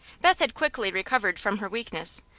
beth had quickly recovered from her weakness,